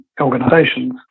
organizations